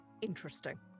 Interesting